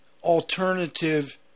alternative